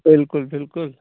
بلکُل بلکُل